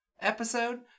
episode